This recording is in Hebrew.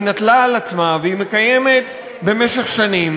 נטלה על עצמה והיא מקיימת במשך שנים,